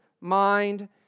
mind